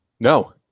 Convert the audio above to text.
No